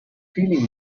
feeling